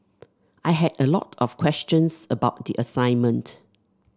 I had a lot of questions about the assignment